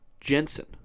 Jensen